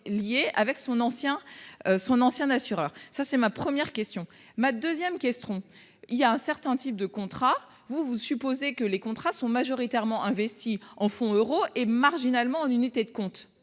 son ancien son ancien assureur. Ça c'est ma première question, ma 2ème qu'seront il y a un certain type de contrat vous vous supposez que les contrats sont majoritairement investis en fonds euros et marginalement en unités de compte.